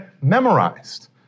memorized